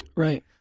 Right